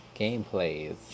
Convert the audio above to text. Gameplays